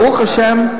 ברוך השם,